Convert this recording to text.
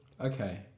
Okay